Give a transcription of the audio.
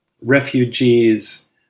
refugees